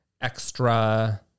extra